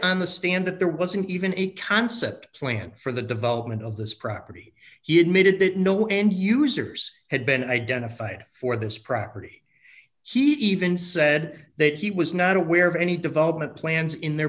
the stand that there wasn't even a concept plan for the development of this property he admitted that no end users had been identified for this property he even said that he was not aware of any development plans in the